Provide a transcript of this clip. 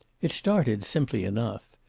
it started simply enough.